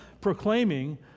proclaiming